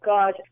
God